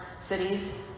cities